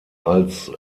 als